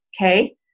okay